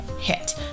hit